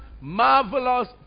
marvelous